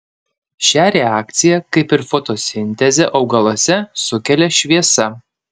šią reakciją kaip ir fotosintezę augaluose sukelia šviesa